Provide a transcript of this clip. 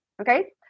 okay